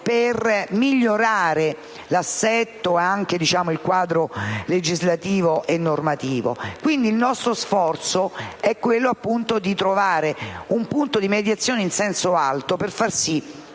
per migliorare l'assetto nonché il quadro legislativo e normativo. Quindi, il nostro sforzo è quello di trovare un punto di mediazione in senso alto per far sì